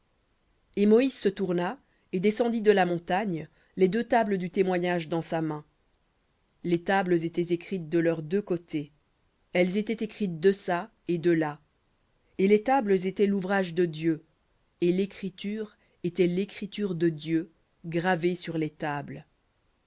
et moïse se tourna et descendit de la montagne les deux tables du témoignage dans sa main les tables étaient écrites de leurs deux côtés elles étaient écrites deçà et delà et les tables étaient l'ouvrage de dieu et l'écriture était l'écriture de dieu gravée sur les tables